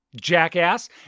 Jackass